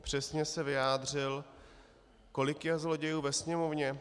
Přesně se vyjádřil: Kolik je zlodějů ve Sněmovně?